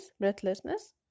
breathlessness